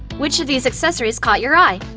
which of these accessories caught your eye?